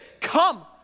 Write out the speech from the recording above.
Come